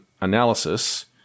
analysis